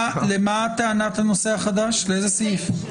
לאיזה סעיף?